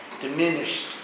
diminished